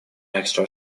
extra